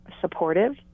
supportive